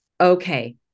Okay